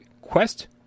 Quest